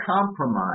compromise